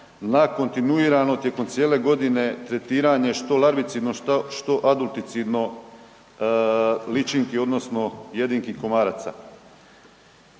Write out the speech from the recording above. na kontinuirano tijekom cijele godine tretiranje što larvicidno, što adulticidno ličinki odnosno jedinki komaraca.